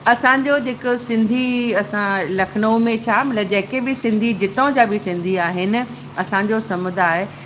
असांजो जेको सिंधी असां लखनऊ में छा मतिलबु जेके बि सिंधी जितां जा बि सिंधी आहिनि असांजो समुदाय